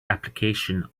application